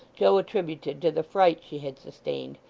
joe attributed to the fright she had sustained,